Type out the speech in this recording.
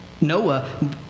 Noah